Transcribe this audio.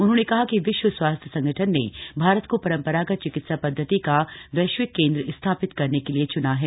उन्होंने कहा कि विश्व स्वास्थ्य संगठन ने भारत को परंपरागत चिकित्सा पद्वति का वैश्विक कैंद्र स्थापित करने के लिए चुना है